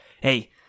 Hey